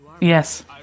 Yes